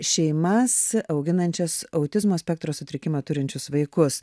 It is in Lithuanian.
šeimas auginančias autizmo spektro sutrikimą turinčius vaikus